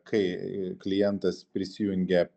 kai klientas prisijungia